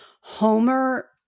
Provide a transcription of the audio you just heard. Homer